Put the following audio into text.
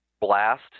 Blast